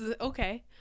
okay